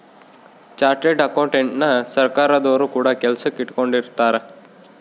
chartered ಅಕೌಂಟೆಂಟನ ಸರ್ಕಾರದೊರು ಕೂಡ ಕೆಲಸಕ್ ಇಟ್ಕೊಂಡಿರುತ್ತಾರೆ